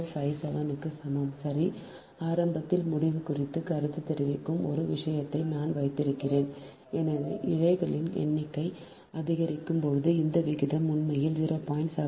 7257 க்கு சமம் சரி ஆரம்பத்தில் முடிவு குறித்து கருத்து தெரிவிக்கும் ஒரு விஷயத்தை நான் வைத்திருக்கிறேன் எனவே இழைகளின் எண்ணிக்கை அதிகரிக்கும்போது இந்த விகிதம் உண்மையில் 0